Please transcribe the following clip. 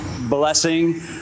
blessing